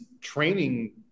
training